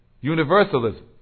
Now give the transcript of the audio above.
universalism